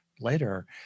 later